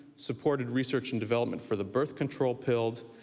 supported research and development for the birth control pill,